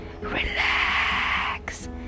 relax